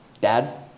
Dad